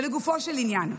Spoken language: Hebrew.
ולגופו של עניין,